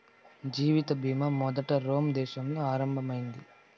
జీవిత బీమా మొదట రోమ్ దేశంలో ఆరంభం అయింది